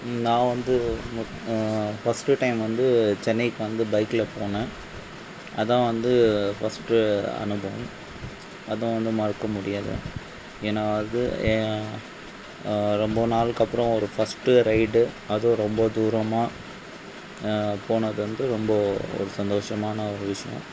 நான் வந்து first time வந்து சென்னைக்கு வந்து பைக்கில் போனேன் அதுதான் வந்து ஃபஸ்ட்டு அனுபவம் அதுவும் வந்து மறக்க முடியாது ஏன்னா அது ஏ ரொம்ப நாளுக்கப்றோம் ஒரு ஃபஸ்ட்டு ரைடு அதுவும் ரொம்ப தூரமாக போனது வந்து ரொம்ப ஒரு சந்தோஷமான ஒரு விஷயம்